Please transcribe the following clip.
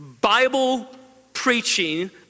Bible-preaching